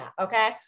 Okay